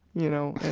you know?